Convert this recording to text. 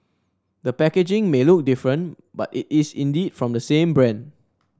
the packaging may look different but it is indeed from the same brand